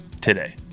today